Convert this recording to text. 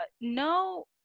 No